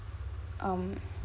um